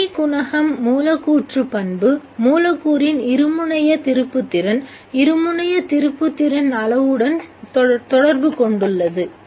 B குணகம் மூலக்கூற்று பண்பு மூலக்கூறின் இருமுனைய திருப்புத்திறன் இருமுனைய திருப்புத்திறன் அளவுடன் தொடர்புகொண்டுள்ளது